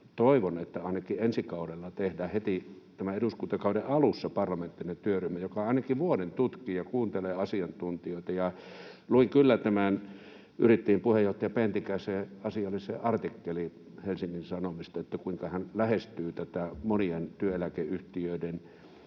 Toivon, että ainakin ensi kaudella tehdään heti eduskuntakauden alussa parlamentaarinen työryhmä, joka ainakin vuoden tutkii ja kuuntelee asiantuntijoita. Luin kyllä Yrittäjien puheenjohtaja Pentikäisen asiallisen artikkelin Helsingin Sanomista, kuinka hän lähestyy monien työeläkeyhtiöiden